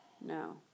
No